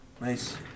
Nice